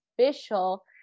official